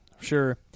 sure